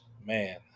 man